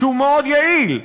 שהוא מאוד יעיל,